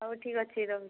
ହଉ ଠିକ୍ ଅଛି ରହୁଛି